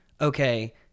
okay